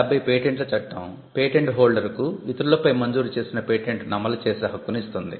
1970 పేటెంట్ల చట్టం పేటెంట్ హోల్డర్కు ఇతరులపై మంజూరు చేసిన పేటెంట్ను అమలు చేసే హక్కును ఇస్తుంది